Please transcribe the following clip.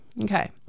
okay